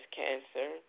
cancer